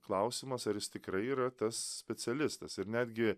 klausimas ar jis tikrai yra tas specialistas ir netgi